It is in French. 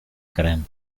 graines